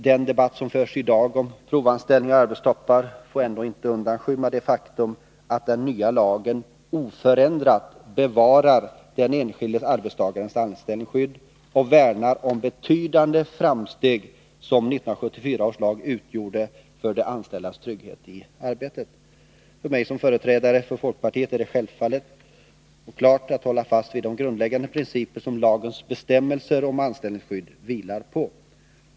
Den debatt som förs i dag om provanställningar och arbetstoppar får inte undanskymma det faktum att den nya lagen oförändrat bevarar den enskilde arbetstagarens anställningsskydd och värnar om det betydande framsteg som 1974 års lag utgjorde för de anställdas trygghet i arbetet. För mig som företrädare för folkpartiet är det självklart att hålla fast vid de grundläggande principer som lagens bestämmelser om anställningsskydd vilar på.